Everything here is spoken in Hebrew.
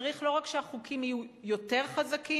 צריך לא רק שהחוקים יהיו יותר חזקים,